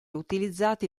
utilizzati